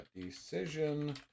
decision